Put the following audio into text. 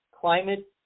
climate